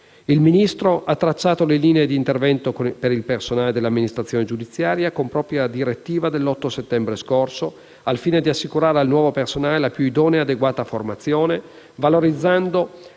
Il Ministro ha tracciato le linee di intervento per il personale dell'amministrazione giudiziaria con la propria direttiva dell'8 settembre scorso, al fine di assicurare al nuovo personale la più idonea e adeguata formazione, valorizzando